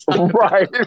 right